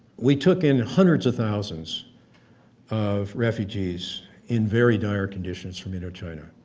we took in hundreds of thousands of refugees in very dire conditions from indochina,